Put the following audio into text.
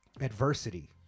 adversity